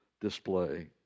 display